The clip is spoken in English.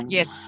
Yes